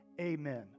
amen